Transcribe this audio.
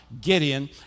Gideon